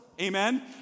Amen